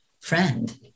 friend